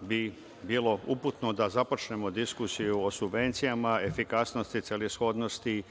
bi bilo uputno da započnemo diskusiju o subvencijama, efikasnosti, celishodnosti